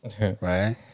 Right